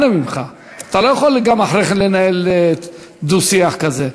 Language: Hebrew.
אנא ממך, אתה לא יכול אחרי זה גם לנהל דו-שיח כזה.